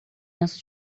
lenço